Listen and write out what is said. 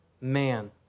man